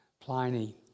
Pliny